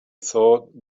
thought